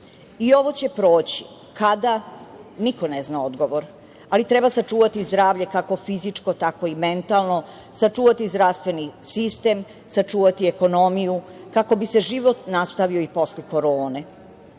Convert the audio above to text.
ovo će proći. Kada? Niko ne zna odgovor, ali treba sačuvati zdravlje kako fizičko tako i mentalno. Sačuvati zdravstveni sistem, sačuvati ekonomiju kako bi se život nastavio i posle korone.